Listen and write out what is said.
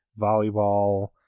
volleyball